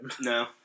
No